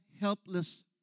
helpless